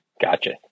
Gotcha